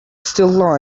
still